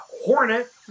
Hornet